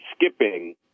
skipping